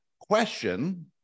question